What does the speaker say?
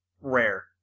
rare